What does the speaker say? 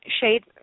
shade